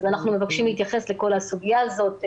אז אנחנו מבקשים להתייחס לכל הסוגיה הזאת.